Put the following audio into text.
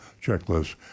checklist